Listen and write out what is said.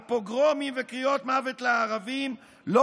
על פוגרומים וקריאות "מוות לערבים" לא